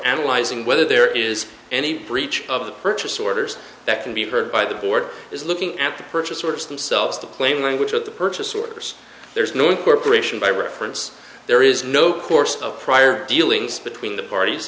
analyzing whether there is any breach of the purchase orders that can be heard by the board is looking at the purchase orders themselves the plain language of the purchase orders there's no incorporation by reference there is no course of prior dealings between the parties